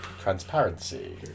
Transparency